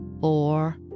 four